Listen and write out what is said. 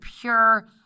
pure